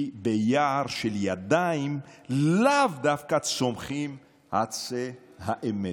כי ביער של ידיים לאו דווקא צומחים עצי האמת".